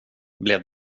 blev